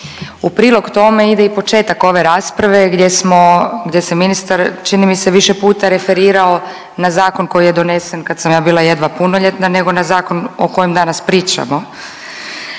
U prilog tome ide i početak ove rasprave gdje smo, gdje se ministar čini mi se više puta referirao na zakon koji je donesen kad sam ja bila jedva punoljetna nego na zakon o kojem danas pričamo,